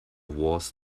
wars